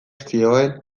zioen